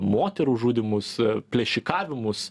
moterų žudymus plėšikavimus